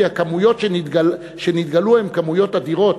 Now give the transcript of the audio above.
כי הכמויות שנתגלו הן כמויות אדירות.